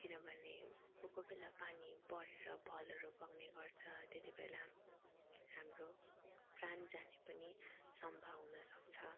किनभने कोही कोही बेला पानी बढेर भलहरू बग्ने गर्छ त्यतिबेला हाम्रो प्राण जाने पनि सम्भव हुनसक्छ